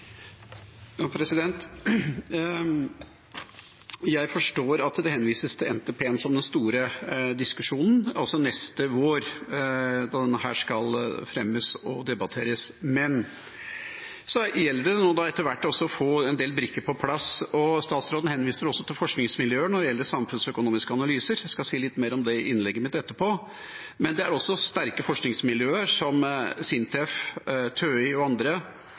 Jeg forstår at det henvises til NTP-en som den store diskusjonen – altså neste vår, når den skal fremmes og debatteres – men det gjelder nå etter hvert å få en del brikker på plass. Statsråden henviser også til forskningsmiljøer når det gjelder samfunnsøkonomiske analyser, og jeg skal si litt mer om det i innlegget mitt etterpå. Men det er også sterke forskningsmiljøer, som SINTEF, TØI og andre,